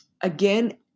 again